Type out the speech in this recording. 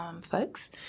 Folks